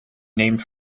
named